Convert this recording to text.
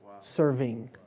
serving